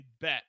bet